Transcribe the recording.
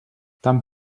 tant